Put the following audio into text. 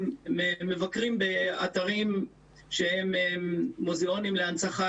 מבקרים באתרים שהם מוזיאונים להנצחה,